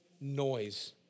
noise